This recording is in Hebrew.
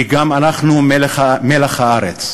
כי גם אנחנו מלח הארץ.